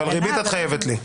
אבל ריבית את חייבת לי.